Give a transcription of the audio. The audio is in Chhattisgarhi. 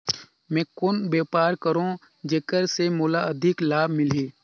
मैं कौन व्यापार करो जेकर से मोला अधिक लाभ मिलही?